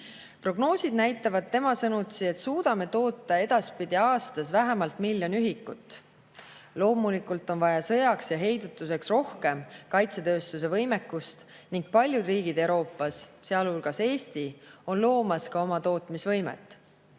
sõnutsi näitavad prognoosid, et suudame toota edaspidi aastas vähemalt miljon ühikut. Loomulikult on vaja sõjaks ja heidutuseks rohkem kaitsetööstuse võimekust ning paljud Euroopa riigid, sealhulgas Eesti, on loomas ka oma tootmisvõimet.